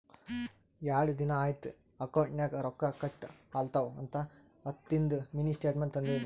ಯಾಡ್ ದಿನಾ ಐಯ್ತ್ ಅಕೌಂಟ್ ನಾಗ್ ರೊಕ್ಕಾ ಕಟ್ ಆಲತವ್ ಅಂತ ಹತ್ತದಿಂದು ಮಿನಿ ಸ್ಟೇಟ್ಮೆಂಟ್ ತಂದಿನಿ